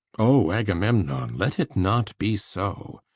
o agamemnon, let it not be so!